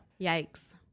Yikes